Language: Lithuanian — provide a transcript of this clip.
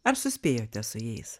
ar suspėjote su jais